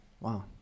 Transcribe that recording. Wow